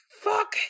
fuck